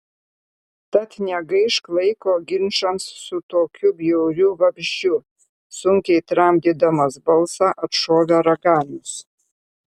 tad negaišk laiko ginčams su tokiu bjauriu vabzdžiu sunkiai tramdydamas balsą atšovė raganius